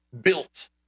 built